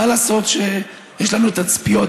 מה לעשות שיש לנו תצפיות.